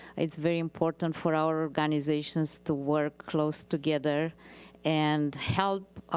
it's very important for our organizations to work close together and help